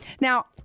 Now